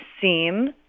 seem